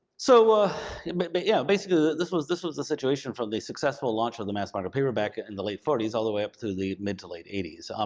so ah but but yeah, basically, this was this was the situation from the successful launch of the mass market paperback ah in the late forty s all the way up to the mid to late eighty s. um